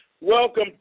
welcome